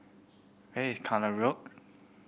where is Kallang Road